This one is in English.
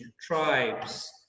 tribes